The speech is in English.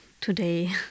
today